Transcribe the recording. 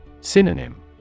Synonym